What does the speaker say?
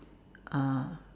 uh